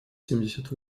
семьдесят